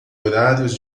horários